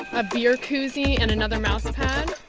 a beer koozie and another mouse pad.